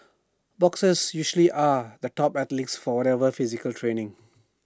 boxers usually are the top athletes for whatever physical training